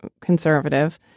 conservative